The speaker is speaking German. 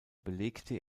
belegte